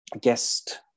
guest